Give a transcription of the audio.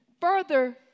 further